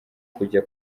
kujya